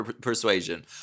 persuasion